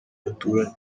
baturanye